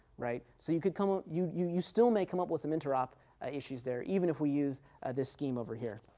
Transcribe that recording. right. so you can come ah up you you still may come up with some inter-op issues there, even if we use this scheme over here.